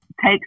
take